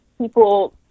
people